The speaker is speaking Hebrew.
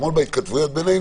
ואתמול בהתכתבויות בינינו,